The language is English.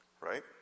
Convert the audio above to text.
Right